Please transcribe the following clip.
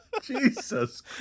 Jesus